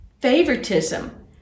favoritism